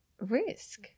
risk